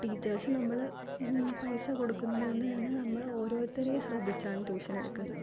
teachers നമ്മൾ പൈസ കൊടുക്കുന്നതുകൊണ്ടു തന്നെ നമ്മളെ ഓരോരുത്തരെയും ശ്രദ്ധിച്ചാണ് ട്യൂഷൻ എടുക്കുന്നത്